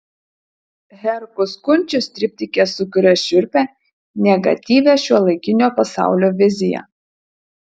herkus kunčius triptike sukuria šiurpią negatyvią šiuolaikinio pasaulio viziją